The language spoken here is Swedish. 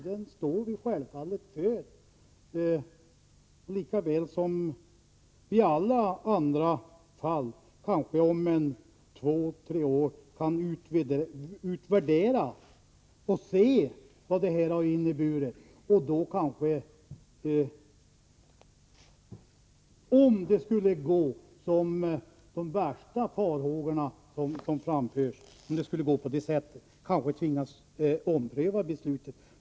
Den står vi självfallet för, liksom i alla andra fall. Möjligen kan vi om två tre år göra en utvärdering och se vad det här har inneburit. Då kanske vi — om de värsta farhågorna skulle besannas — tvingas ompröva beslutet.